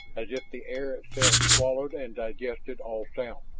as if the air itself swallowed and digested all sound.